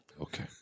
Okay